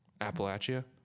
Appalachia